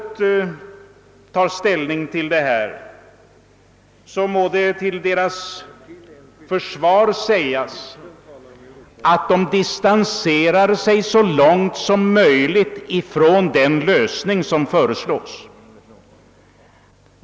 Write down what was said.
Till försvar för statsutskottets ställningstagande i denna fråga må det sägas, att utskottet i sin skrivning distanserar sig så långt som möjligt från den angivna lösningen.